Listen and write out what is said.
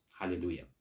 Hallelujah